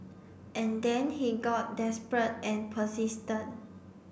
and then he got desperate and persistent